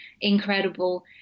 incredible